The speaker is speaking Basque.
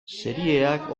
serieak